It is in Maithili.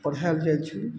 पढ़ायल जाइ छलै